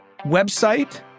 website